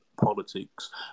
politics